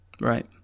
Right